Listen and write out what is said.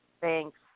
Thanks